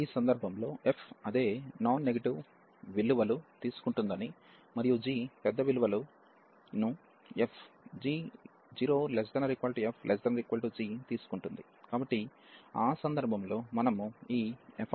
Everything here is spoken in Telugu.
ఈ సందర్భంలో f అదే నాన్ నెగటివ్ విలువలను తీసుకుంటుందని మరియు g పెద్ద విలువలను f 0≤f≤g తీసుకుంటుంది కాబట్టి ఆ సందర్భంలో మనము ఈ fxgx ను లెక్కిస్తాము